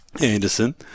Anderson